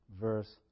verse